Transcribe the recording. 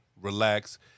relax